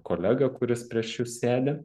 kolegą kuris prieš jus sėdi